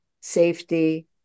safety